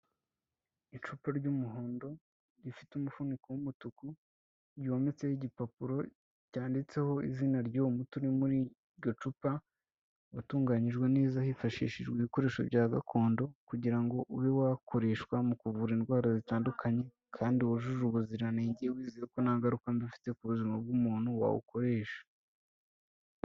Icupa ry'umuhondo rifite umufuniko w'umutuku, ryometseho igipapuro cyanditseho izina ry'uwo muti uri muri iryo cupa watunganyijwe neza hifashishijwe ibikoresho bya gakondo, kugira ngo ube wakoreshwa mu kuvura indwara zitandukanye, kandi wujuje ubuziranenge wizeye ko nta ngaruka ufite mbi ku buzima bw'umuntu wawukoresha.